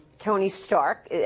tony stark,